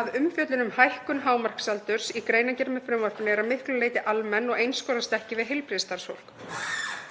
að umfjöllun um hækkun hámarksaldus í greinargerð með frumvarpinu er að miklu leyti almenn og einskorðast ekki við heilbrigðisstarfsfólk.